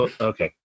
okay